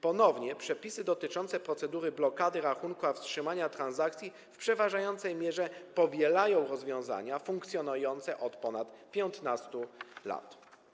Ponownie przepisy dotyczące procedury blokady rachunku oraz wstrzymania transakcji w przeważającej mierze powielają rozwiązania funkcjonujące od ponad 15 lat.